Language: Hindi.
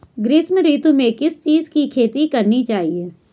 ग्रीष्म ऋतु में किस चीज़ की खेती करनी चाहिये?